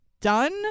done